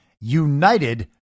United